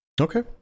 okay